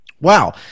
Wow